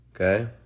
Okay